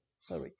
sorry